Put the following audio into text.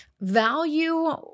value